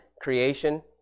creation